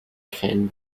kränen